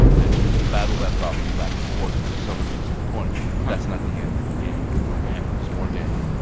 and you battle that problem back and forth until someone wins the point. but that's not the end of the game there's more game there's more game.